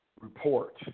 report